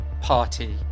party